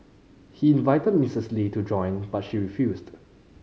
he invited Mistress Lee to join but she refused